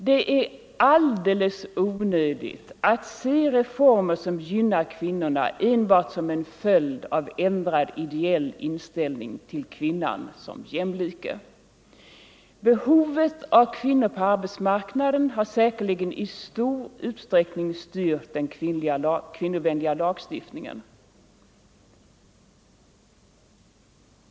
Det är alldeles onödigt att se reformer som gynnar kvinnorna enbart som en följd av ändrad ideell inställning till kvinnan som jämlike. Behovet av kvinnor på arbetsmarknaden har säkerligen i stor utsträckning styrt den kvinnovänliga lagstiftningen.